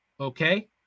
Okay